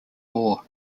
moore